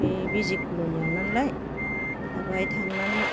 बै बिजि कलनिआव नालाय बाहाय थांनानै